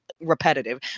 repetitive